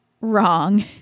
wrong